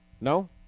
No